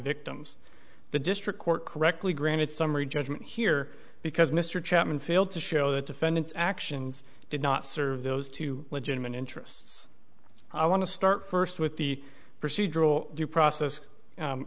victims the district court correctly granted summary judgment here because mr chapman failed to show that defendant's actions did not serve those two legitimate interests i want to start first with the procedural due process